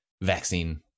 vaccine